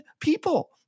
people